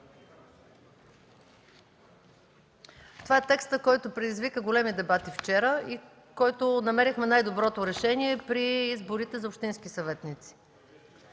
Това е текстът, който предизвика големи дебати вчера и в който намерихме най-доброто решение при изборите за общински съветници.